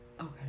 Okay